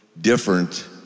different